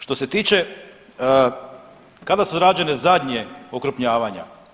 Što se tiče kada su rađene zadnja okrupnjavanja?